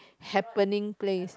happening place